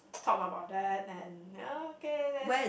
talk about that and ya okay let's